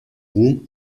ruhm